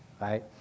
Right